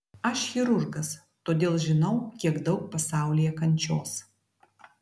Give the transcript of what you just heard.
aš chirurgas todėl žinau kiek daug pasaulyje kančios